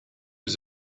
was